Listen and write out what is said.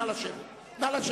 נא לשבת.